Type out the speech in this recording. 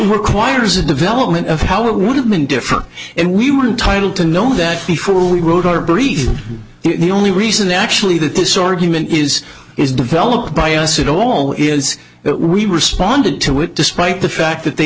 requires a development of how it would have been different if we were entitled to know that before we wrote our briefs the only reason actually that this argument is is developed by us at all is that we responded to it despite the fact that they